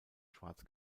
schwarz